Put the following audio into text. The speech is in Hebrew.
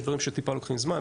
יש דברים שטיפה לוקחים זמן,